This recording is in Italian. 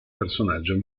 personaggio